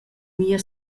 mia